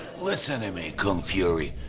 listen to me kung fury.